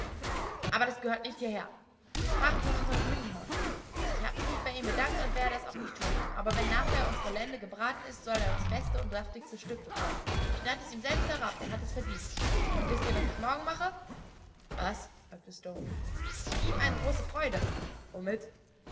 aber das gehört nicht hierher wir sprachen von unserm greenhorn ich habe mich nicht bei ihm bedankt und werde es auch nicht tun aber wenn nachher unsere lende gebraten ist soll er das beste und saftigste stück bekommen ich schneide es ihm selbst herab er hat es verdient und wißt ihr was ich morgen mache was fragte stone ihm eine große freude womit